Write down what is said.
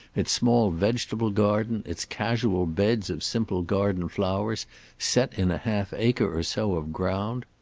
its small vegetable garden, its casual beds of simple garden flowers set in a half acre or so of ground.